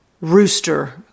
rooster